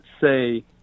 say